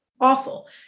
Awful